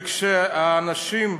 כשאנשים,